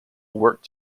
worked